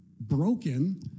broken